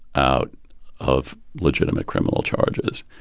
out of legitimate criminal charges.